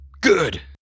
good